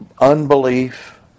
unbelief